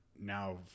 now